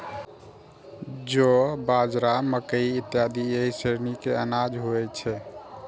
जौ, बाजरा, मकइ इत्यादि एहि श्रेणी के अनाज होइ छै